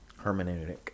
Hermeneutic